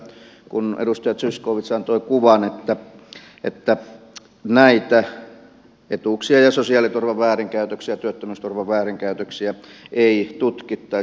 mutta ihmettelen kyllä kun edustaja zyskowicz antoi kuvan että näitä etuuksia ja sosiaaliturvan väärinkäytöksiä ja työttömyysturvan väärinkäytöksiä ei tutkittaisi